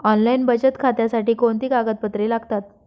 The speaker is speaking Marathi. ऑनलाईन बचत खात्यासाठी कोणती कागदपत्रे लागतात?